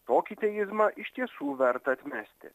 tokį teizmą iš tiesų verta atmesti